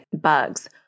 bugs